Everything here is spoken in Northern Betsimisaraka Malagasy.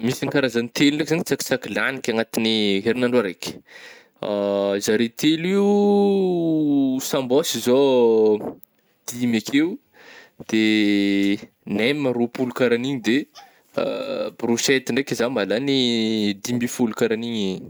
Misy karazany telo ndraiky zany tsakitsaky lagniky agnatign'ny herinandro araiky zare telo io sambôsy zao dimy akeo de nem roapolo karaha an'igny de brôsety ndraiky zah malagny dimy mby folo karangniny.